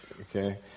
Okay